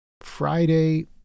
Friday